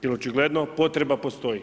Jer očigledno potreba postoji.